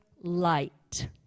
light